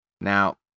Now